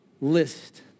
list